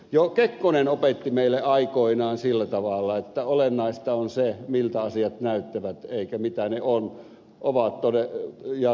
jo kekkonen opetti meille aikoinaan sillä tavalla että olennaista on se miltä asiat näyttävät eikä se mitä ne ovat